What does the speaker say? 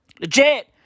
Legit